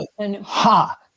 ha